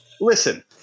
Listen